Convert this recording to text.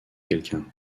quelqu’un